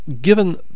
given